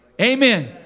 Amen